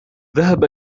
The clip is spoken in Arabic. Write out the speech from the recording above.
ذهب